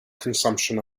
consumption